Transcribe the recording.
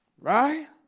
Right